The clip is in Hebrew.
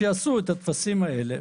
שיעשו את הטפסים האלה,